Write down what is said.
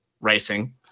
racing